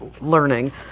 learning